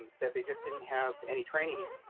that they just didn't have any training in.